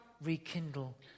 rekindle